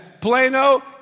Plano